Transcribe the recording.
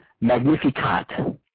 Magnificat